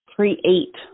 Create